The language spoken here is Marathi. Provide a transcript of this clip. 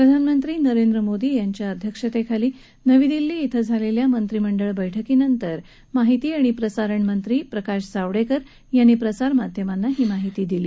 प्रधानमंत्री नरेंद्र मोदी यांच्या अध्यक्षतेखाली नवी दिल्ली इथं झालेल्या मंत्रिमंडळ बैठकीनंतर माहिती आणि प्रसारण मंत्री प्रकाश जावडेकर यांनी प्रसारमाध्यमांना ही माहिती दिली